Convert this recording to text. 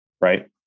right